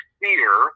fear